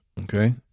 okay